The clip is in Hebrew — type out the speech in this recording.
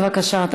בבקשה.